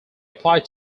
applied